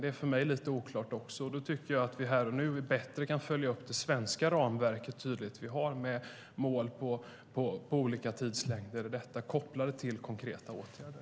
Det är för mig lite oklart, och då tycker jag att vi här och nu bättre kan följa upp det svenska ramverket som vi tydligt har med mål på olika tidslängder kopplat till konkreta åtgärder.